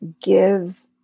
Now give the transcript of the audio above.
give